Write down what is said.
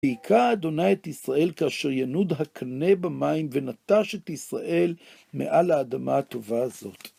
והיכה ה' את ישראל כאשר ינוד הקנה במים ונטש את ישראל מעל האדמה הטובה הזאת.